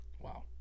Wow